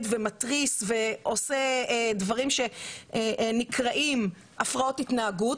ומתריס ועושה דברים שנקראים הפרעות התנהגות,